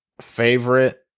favorite